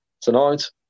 tonight